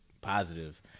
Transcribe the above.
positive